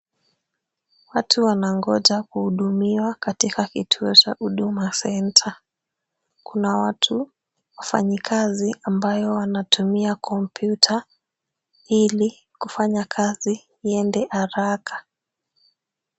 Watu wanangoja kuhudumiwa katika kituo cha Huduma centre . Kuna watu wafanyikazi ambayo wanatumia kompyuta ili kufanya kazi iende haraka.